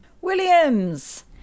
Williams